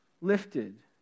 lifted